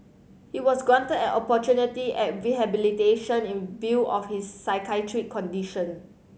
he was granted an opportunity at rehabilitation in view of his psychiatric condition